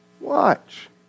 Watch